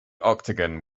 octagon